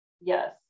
yes